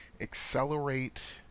accelerate